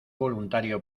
voluntario